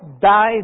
died